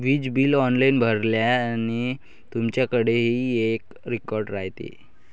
वीज bill online भरल्याने, तुमच्याकडेही एक रेकॉर्ड राहते